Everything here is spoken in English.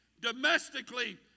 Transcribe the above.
domestically